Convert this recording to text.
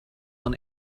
man